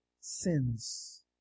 sins